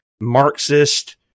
Marxist